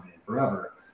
forever